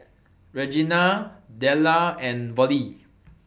Regenia Della and Vollie